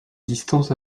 distances